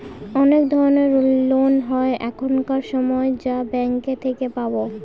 অনেক ধরনের লোন হয় এখানকার সময় যা ব্যাঙ্কে থেকে পাবো